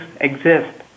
exist